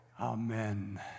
Amen